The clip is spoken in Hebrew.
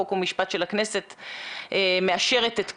חוק ומשפט של הכנסת מאשרת את זה?